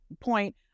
point